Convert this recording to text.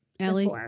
Ellie